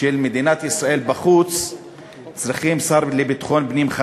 של מדינת ישראל בחוץ צריכים שר חזק לביטחון פנים,